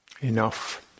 Enough